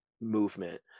movement